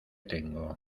tengo